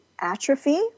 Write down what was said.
atrophy